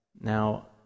Now